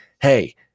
hey